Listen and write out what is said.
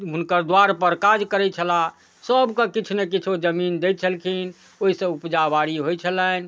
हुनकर द्वारपर काज करै छलाह सबके किछु नहि किछु ओ जमीन दै छलखिन ओहिसँ उपजा बाड़ी होइ छलनि